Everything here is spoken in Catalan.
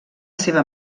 seva